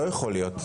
זה לא יכול להיות,